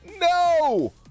no